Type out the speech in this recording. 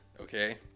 okay